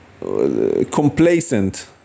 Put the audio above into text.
complacent